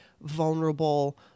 vulnerable